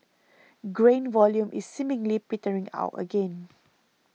grain volume is seemingly petering out again